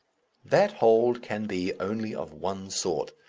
that hold can be only of one sort.